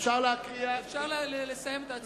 אפשר לסיים את ההצבעה.